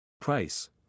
Price